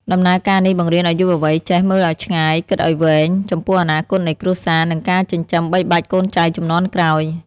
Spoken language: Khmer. ដំណើរការនេះបង្រៀនឱ្យយុវវ័យចេះ "មើលឱ្យឆ្ងាយ គិតឱ្យវែង" ចំពោះអនាគតនៃគ្រួសារ និងការចិញ្ចឹមបីបាច់កូនចៅជំនាន់ក្រោយ។